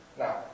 Now